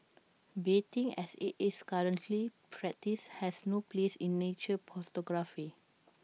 baiting as IT is currently practised has no place in nature photography